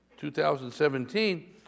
2017